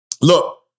Look